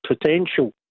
potential